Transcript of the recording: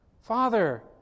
Father